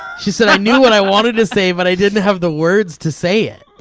she said i knew what i wanted to say, but i didn't have the words to say it.